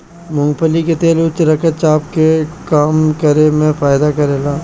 मूंगफली के तेल उच्च रक्त चाप के कम करे में फायदा करेला